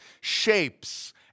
shapes